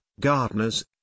Gardeners